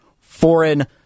foreign